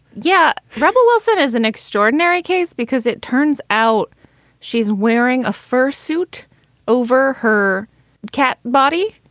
yeah rebel wilson is an extraordinary case because it turns out she's wearing a fur suit over her cat body.